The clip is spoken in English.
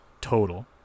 total